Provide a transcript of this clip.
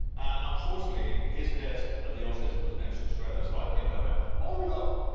unfortunately his desk at the office was next to the shredder. so i came down oh look,